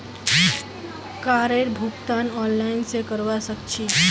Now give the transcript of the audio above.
कारेर भुगतान ऑनलाइन स करवा सक छी